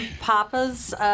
Papa's